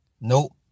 Nope